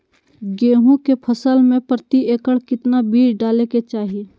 गेहूं के फसल में प्रति एकड़ कितना बीज डाले के चाहि?